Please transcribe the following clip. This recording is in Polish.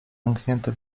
zamknięty